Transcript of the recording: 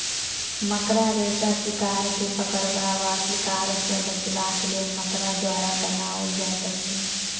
मकड़ा रेशा शिकार के पकड़बा वा शिकार सॅ बचबाक लेल मकड़ा द्वारा बनाओल जाइत अछि